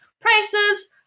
prices